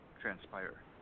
transpire